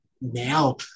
now